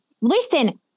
listen